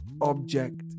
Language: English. object